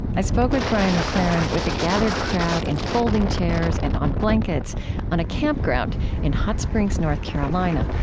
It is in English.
i spoke with brian mclaren with a gathered crowd in folding chairs and on blankets on a campground in hot springs, north carolina,